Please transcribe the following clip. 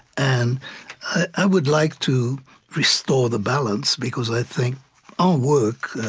and i would like to restore the balance because i think our work,